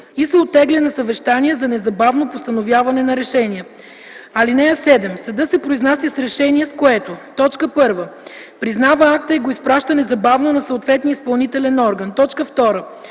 и се оттегля на съвещание за незабавно постановяване на решение. (7) Съдът се произнася с решение, с което: 1. признава акта и го изпраща незабавно на съответния изпълнителен орган; 2.